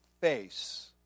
face